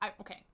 Okay